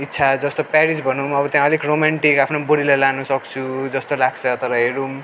इच्छा जस्तो पेरिस भनौँ अब त्यहाँ अलिक रोमान्टिक आफ्नो बुढीलाई लानुसक्छु जस्तो लाग्छ तर हेरौँ